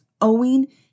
owing